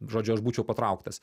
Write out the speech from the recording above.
žodžiu aš būčiau patrauktas